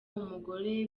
umugore